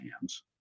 hands